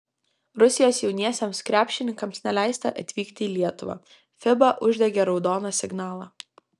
rusijos jauniesiems krepšininkams neleista atvykti į lietuvą fiba uždegė raudoną signalą